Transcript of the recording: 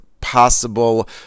possible